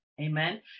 Amen